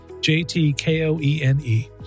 J-T-K-O-E-N-E